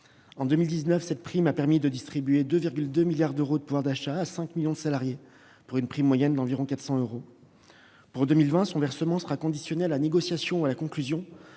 En 2019, cette prime a permis de distribuer 2,2 milliards d'euros de pouvoir d'achat à 5 millions de salariés ; son montant moyen s'élève à environ 400 euros. Pour 2020, son versement sera conditionné à la négociation ou à la conclusion